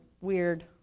weird